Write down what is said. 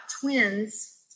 twins